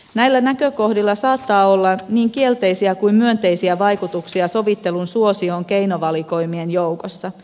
näillä näkökohdilla saattaa olla niin kielteisiä kuin myönteisiäkin vaikutuksia sovittelun suosioon keinovalikoimien joukossa